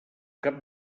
cap